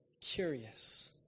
curious